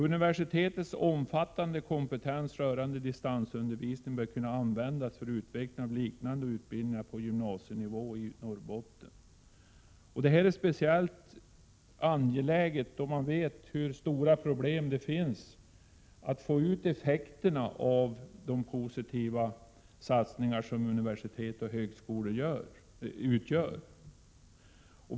Universitetets omfattande kompetens rörande distansundervisning bör kunna användas för utveckling av liknande utbildning på gymnasienivå i Norrbotten. Det här är speciellt angeläget med hänsyn till de stora problemen att få ut effekterna av de positiva satsningar som universitet och högskolor gör.